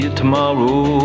tomorrow